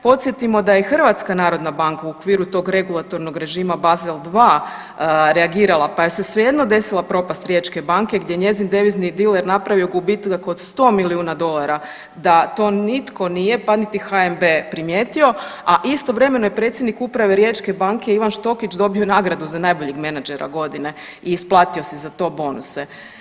Podsjetimo da je i HNB u okviru tog regulatornog režima Basel II reagirala pa joj se svejedno desila propast Riječke banke gdje je njezin devizni diler napravio gubitak od 100 milijuna dolara da to nitko nije pa niti HNB primijetio, a istovremeno je predsjednik uprave Riječke banke Ivan Štokić dobio nagradu za najboljeg menadžera godine i isplatio si za to bonuse.